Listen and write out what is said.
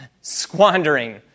Squandering